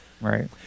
Right